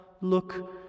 look